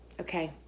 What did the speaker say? Okay